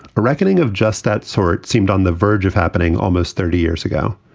a recording of just that sort seemed on the verge of happening almost thirty years ago.